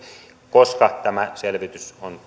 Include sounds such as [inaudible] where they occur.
koska tämä selvitys on [unintelligible]